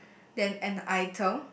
than an item